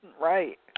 right